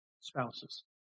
Spouses